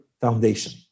foundation